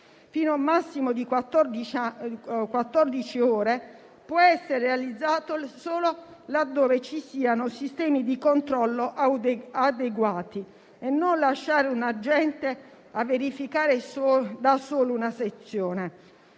fino a un massimo di quattordici ore, può essere realizzato solo laddove ci siano sistemi di controllo adeguati, evitando di lasciare un agente a verificare da solo una sezione.